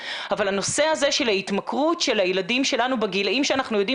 הנושא הזה של ההתמכרות של הילדים שלנו בגילאים שאנחנו יודעים